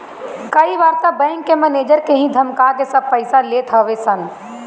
कई बार तअ बैंक के मनेजर के ही धमका के सब पईसा ले लेत हवे सन